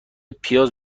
پیاز